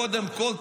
קודם כול,